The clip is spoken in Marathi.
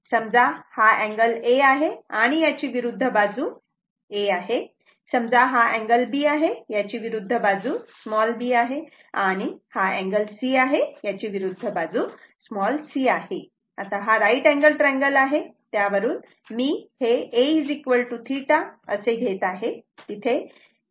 समजा हा अँगल A आहे आणि याची विरुद्ध बाजू a आहे समजा हा अँगल B आहे आणि याची विरुद्ध बाजू b आहे समजा हा अँगल C आहे आणि याची विरुद्ध बाजू c आहे आता हा राईट अँगल ट्रँगल आहे त्यावरून मी हे A θ असे घेत आहे